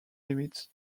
limit